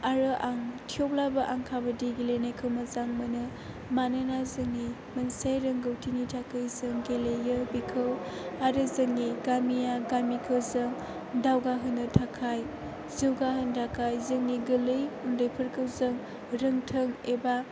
आरो आं थेवब्लाबो आं खाबादि गेलेनायखौ मोजां मोनो मानोना जोंनि मोनसे रोंगौथिनि थाखाय जों गेलेयो बेखौ आरो जोंनि गामिखौ जों दावगा होनो थाखाय जौगा होनो थाखाय जोंनि गोरलै उन्दैफोरखौ जों रोंथों एबा